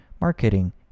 marketing